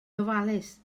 ofalus